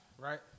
right